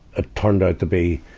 turned out to be,